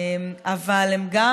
אבל הם גם